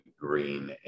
green